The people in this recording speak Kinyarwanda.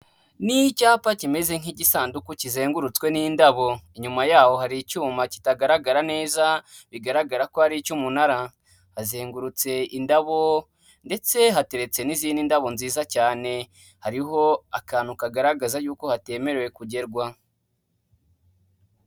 Ni icyapa kimeze nk'igisanduku kizengurutswe n'indabo, inyuma yaho hari icyuma kitagaragara neza bigaragara ko ari icy'umunara, hazengurutse indabo ndetse hateretse n'izindi ndabo nziza cyane, hariho akantu kagaragaza yuko hatemerewe kugerwa.